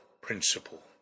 Principle